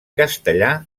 castellà